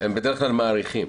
הם בדרך כלל מאריכים,